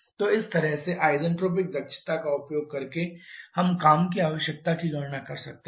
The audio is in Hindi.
तो इस तरह से आईसेनट्रोपिक दक्षता का उपयोग करके हम काम की आवश्यकता की गणना कर सकते हैं